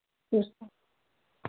नमस्ते